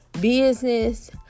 business